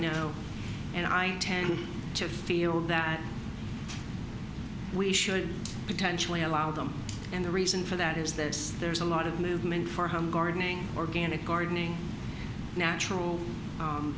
know and i tend to feel that we should potentially allow them and the reason for that is that there's a lot of movement for home gardening organic gardening natural